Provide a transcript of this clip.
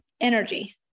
energy